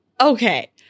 Okay